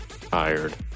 Tired